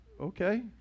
okay